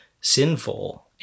sinful